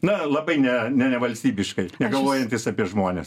na labai ne ne nevalstybiškai negalvojantis apie žmones